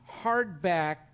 hardback